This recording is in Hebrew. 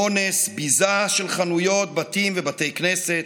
אונס, ביזה של חנויות, בתים ובתי כנסת.